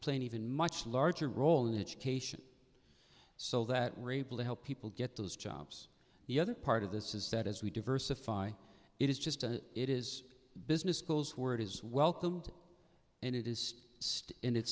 complain even much larger role in education so that we're able to help people get those jobs the other part of this is that as we diversify it is just a it is business schools where it is welcomed and it is